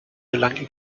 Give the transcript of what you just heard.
gelangen